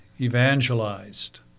evangelized